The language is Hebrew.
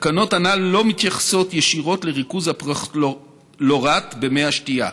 התקנות הנ"ל לא מתייחסות ישירות לריכוז הפרכלורט במי השתייה.